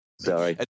Sorry